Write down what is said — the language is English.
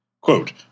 Quote